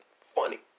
Funny